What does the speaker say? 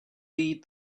beat